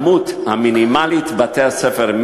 את הכמות המינימלית בבתי-הספר.